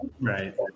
Right